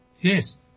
Yes